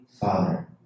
Father